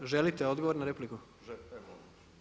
Želite odgovor na repliku?